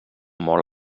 molt